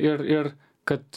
ir ir kad